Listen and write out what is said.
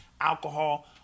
alcohol